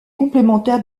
complémentaire